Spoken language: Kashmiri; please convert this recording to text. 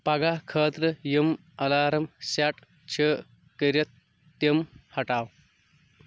پگہہ خٲطرٕ یِم الارام سیٹ چھِ کٔرِتھ تِم ہٹاو